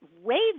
wave